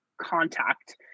contact